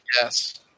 Yes